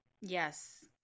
Yes